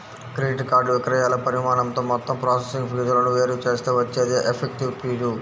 credit card విక్రయాల పరిమాణంతో మొత్తం ప్రాసెసింగ్ ఫీజులను వేరు చేస్తే వచ్చేదే ఎఫెక్టివ్ ఫీజు